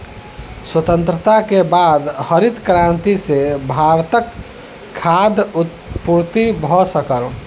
स्वतंत्रता के बाद हरित क्रांति सॅ भारतक खाद्य पूर्ति भ सकल